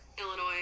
Illinois